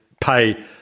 pay